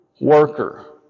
worker